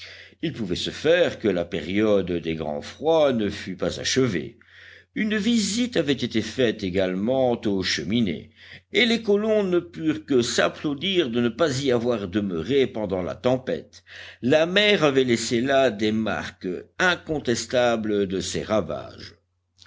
il pouvait se faire que la période des grands froids ne fût pas achevée une visite avait été faite également aux cheminées et les colons ne purent que s'applaudir de ne pas y avoir demeuré pendant la tempête la mer avait laissé là des marques incontestables de ses ravages